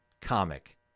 comic